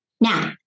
Now